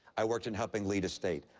i worked in helping lead a state.